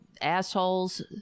Asshole's